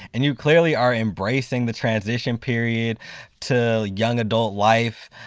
and you clearly are embracing the transition period to a young adult life.